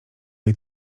jej